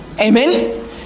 amen